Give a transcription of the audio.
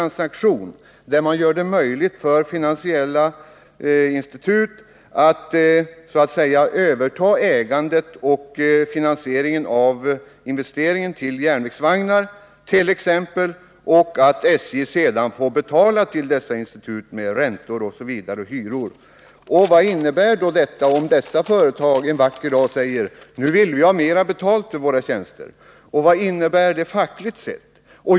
Det är i stället fråga om en finansiell transaktion, varigenom kreditinstitut övertar finansieringen och ägandet av t.ex. järnvägsvagnar. SJ får sedan betala hyra för vagnarna till dessa institut. Men vad blir följden om ett sådant företag en vacker dag säger: Nu vill vi ha mera betalt för våra tjänster? Och vad skulle det innebära fackligt?